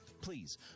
please